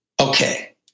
Okay